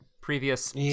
previous